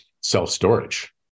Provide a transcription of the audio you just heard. self-storage